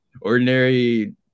ordinary